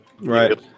Right